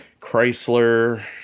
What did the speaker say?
Chrysler